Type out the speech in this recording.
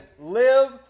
live